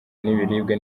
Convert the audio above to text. n’ibiribwa